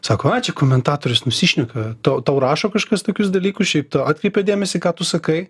sako ai čia komentatorius nusišneka tau tau rašo kažkas tokius dalykus šiaip atkreipia dėmesį ką tu sakai